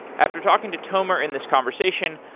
after talking to tomer in this conversation,